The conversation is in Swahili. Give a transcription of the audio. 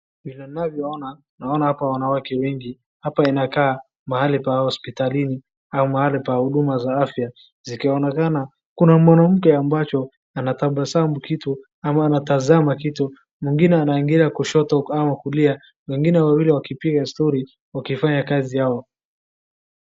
Vile ninavyo ona naona hapa wanawake wengi hapa inakaa mahali pa hospitalini ama mahali pa huduma za afya zikionekana. Kuna mwanamke ambaye anatabasamu kitu ama anatazama kitu mwingine anaingia kushoto ama kulia wengine wawili wakipiga story wakifanya kazi yao.